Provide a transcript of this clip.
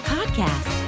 Podcast